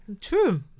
True